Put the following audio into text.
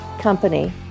company